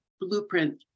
blueprint